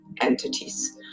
entities